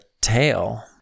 tail